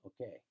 Okay